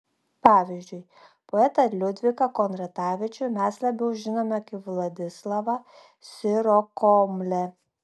pavyzdžiui poetą liudviką kondratavičių mes labiau žinome kaip vladislavą sirokomlę